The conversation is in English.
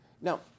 Now